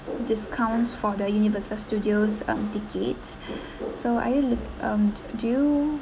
discounts for the universal studios um tickets so are you look um do you